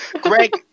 Greg